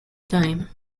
time